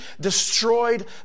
destroyed